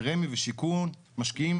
ו-רמ"י ושיכון משקיעים